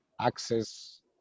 Access